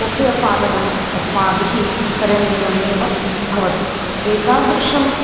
तस्य पालनम् अस्माभिः करणीयमेव भवति एतादृशम्